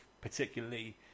particularly